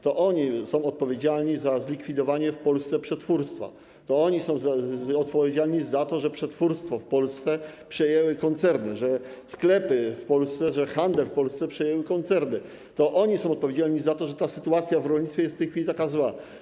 To oni są odpowiedzialni za zlikwidowanie w Polsce przetwórstwa, to oni są odpowiedzialni za to, że przetwórstwo w Polsce przejęły koncerny, że sklepy w Polsce, że handel w Polsce przejęły koncerny, to oni są odpowiedzialni za to, że ta sytuacja w rolnictwie jest w tej chwili taka zła.